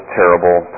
terrible